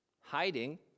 Hiding